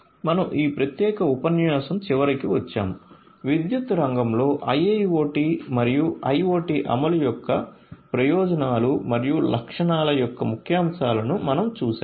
మనం ఈ ప్రత్యేక ఉపన్యాసం చివరికి వచ్చాము విద్యుత్ రంగంలో IIoT మరియు IoT అమలు యొక్క ప్రయోజనాలు మరియు లక్షణాల యొక్క ముఖ్యాంశాలను మనం చూశాము